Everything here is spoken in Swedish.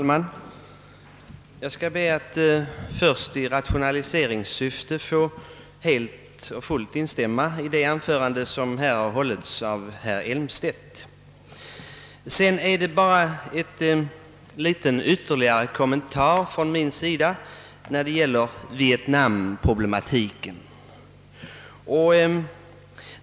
Herr talman! Först skall jag be att i rationaliseringssyfte få helt och fullt instämma i det anförande som här hållits av herr Elmstedt. Jag har sedan bara en kommentar att göra i fråga om vietnamproblematiken.